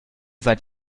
seit